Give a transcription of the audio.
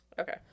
okay